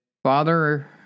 Father